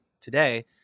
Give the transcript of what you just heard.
today